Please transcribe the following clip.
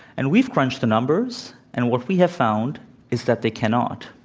and we've crunched the numbers, and what we have found is that they cannot.